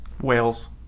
Wales